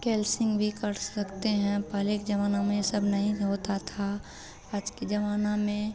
cancel भी कर सकते हैं पहले के ज़माना में यह सब नहीं होता था आज के ज़माना में